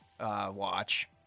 Watch